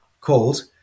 called